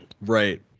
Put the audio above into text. Right